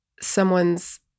someone's